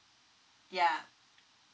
yaa